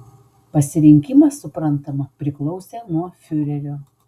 pasirinkimas suprantama priklausė nuo fiurerio